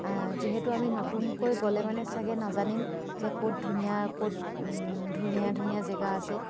যিহেতু আমি নতুনকৈ গ'লে মানে ছাগৈ নাজানিম যে ক'ত ধুনীয়া ক'ত ধুনীয়া ধুনীয়া জেগা আছে